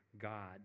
God